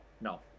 no